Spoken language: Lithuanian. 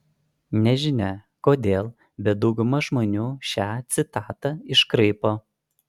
nežinia kodėl bet dauguma žmonių šią citatą iškraipo